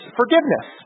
forgiveness